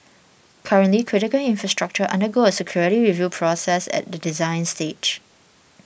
currently critical infrastructure undergo a security review process at the design stage